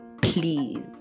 please